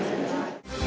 Hvala